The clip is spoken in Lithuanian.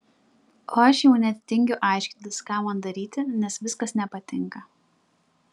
o aš jau net tingiu aiškintis ką man daryti nes viskas nepatinka